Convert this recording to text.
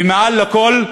ומעל לכול,